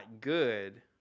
good